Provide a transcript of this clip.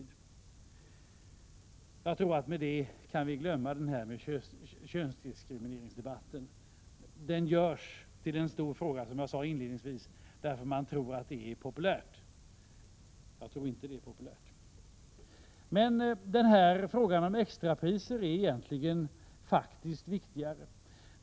Med det sagda tror jag att vi kan glömma könsdiskrimineringsdebatten. Den frågan görs ju till en stor sak, därför att man tror att det är populärt — det tror dock inte jag. Frågan om extrapriser är faktiskt en viktigare fråga.